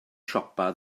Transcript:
siopa